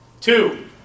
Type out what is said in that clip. Two